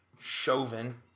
Chauvin